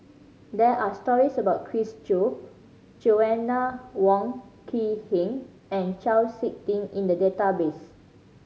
there are stories about Chris Jo Joanna Wong Quee Heng and Chau Sik Ting in the database